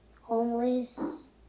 homeless